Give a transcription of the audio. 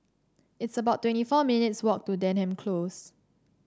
it's about twenty four minutes walk to Denham Close